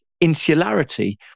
insularity